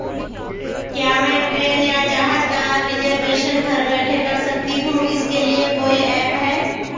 क्या मैं ट्रेन या जहाज़ का रिजर्वेशन घर बैठे कर सकती हूँ इसके लिए कोई ऐप है?